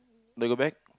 then go back